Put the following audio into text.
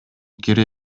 кире